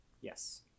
yes